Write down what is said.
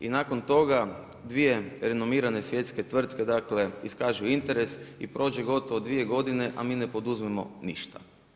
I nakon toga 2 renovirane svjetske tvrtke iskažu interes i prođe gotovo 2 godine, a mi ne poduzmemo ništa.